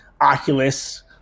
Oculus